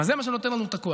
אבל זה מה שנותן לנו את הכוח.